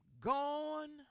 gone